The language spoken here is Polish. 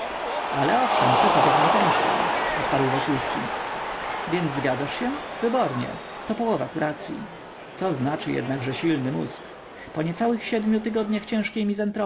ale owszem przychodź jak najczęściej odparł wokulski więc zgadzasz się wybornie to połowa kuracyi co znaczy jednakże silny mózg po niecałych siedmiu tygodniach ciężkiej